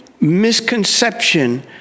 misconception